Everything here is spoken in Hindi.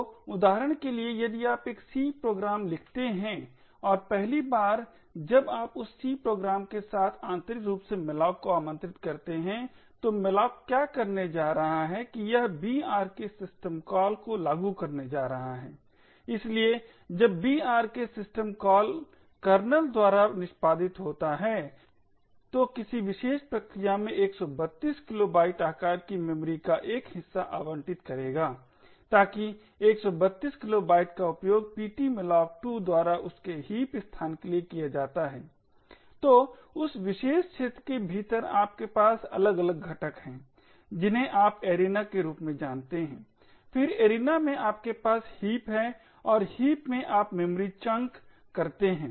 तो उदाहरण के लिए यदि आप एक C प्रोग्राम लिखते हैं और पहली बार जब आप उस C प्रोग्राम के साथ आंतरिक रूप से malloc को आमंत्रित करते हैं तो malloc क्या करने जा रहा है कि यह brk सिस्टम कॉल को लागू करने जा रहा है इसलिए जब brk सिस्टम कॉल कर्नेल द्वारा निष्पादित होता है तो किसी विशेष प्रक्रिया में 132 किलोबाइट आकार की मेमोरी का एक हिस्सा आवंटित करेगा ताकि 132 किलोबाइट का उपयोग ptmalloc2 द्वारा उसके हीप स्थान के लिए किया जाता है तो इस विशेष क्षेत्र के भीतर आपके पास अलग अलग घटक हैं जिन्हें आप एरिना के रूप में जानते है फिर एरिना में आपके पास हीप है और हीप में आप मेमोरी चंक करते हैं